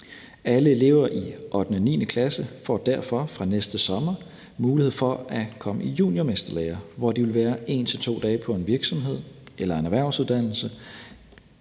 Alle elever i 8. og 9. klasse får derfor fra næste sommer mulighed for at komme i juniormesterlære. Her vil de være 1-2 dage om ugen hos en virksomhed, på en erhvervsuddannelse